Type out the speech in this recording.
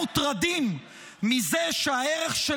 הבעיה היא שאתם מוטרדים מזה שהערך של